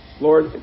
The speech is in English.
Lord